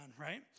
right